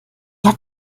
hat